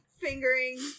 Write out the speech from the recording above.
Fingering